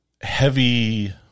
heavy